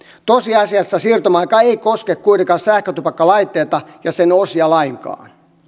tosiasiassa siirtymäaika ei ei koske kuitenkaan sähkötupakkalaitteita ja sen osia lainkaan